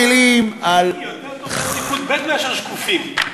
יותר טוב להיות ליכוד ב' מאשר שקופים.